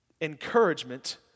Encouragement